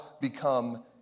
become